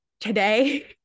today